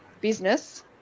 business